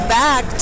back